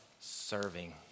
serving